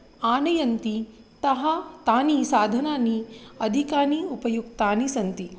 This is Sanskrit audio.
आनयन्ति तः तानि साधनानि अधिकानि उपयुक्तानि सन्ति